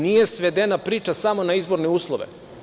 Nije svedena priča samo na izborne uslove.